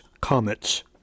Comets